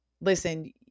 listen